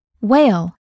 whale